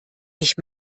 ich